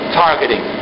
targeting